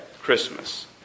Christmas